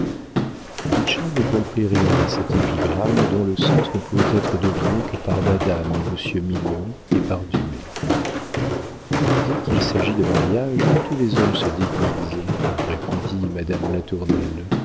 ne comprit rien à cette épigramme dont le sens ne pouvait être deviné que par madame et monsieur mignon et par dumay dès qu'il s'agit de mariage tous les hommes se déguisent répondit madame latournelle